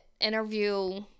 interview